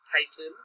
Tyson